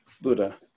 Buddha